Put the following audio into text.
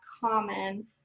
common